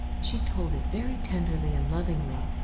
she told it very tenderly and lovingly,